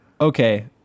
okay